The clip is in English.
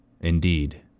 indeed